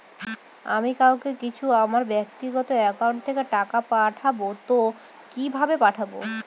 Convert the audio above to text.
আমি কাউকে কিছু আমার ব্যাক্তিগত একাউন্ট থেকে টাকা পাঠাবো তো কিভাবে পাঠাবো?